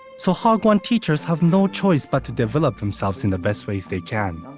so hagwon teachers have no choice but to develop themselves in the best ways they can.